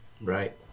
right